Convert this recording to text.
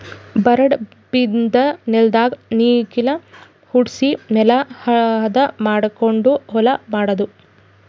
ಬರಡ್ ಬಿದ್ದ ನೆಲ್ದಾಗ ನೇಗಿಲ ಹೊಡ್ಸಿ ನೆಲಾ ಹದ ಮಾಡಕೊಂಡು ಹೊಲಾ ಮಾಡದು